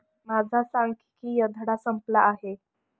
माझा सांख्यिकीय धडा संपला आहे